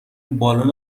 بالن